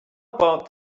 about